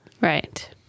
Right